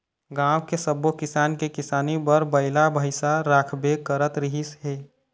गाँव के सब्बो किसान के किसानी बर बइला भइसा राखबे करत रिहिस हे